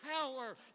power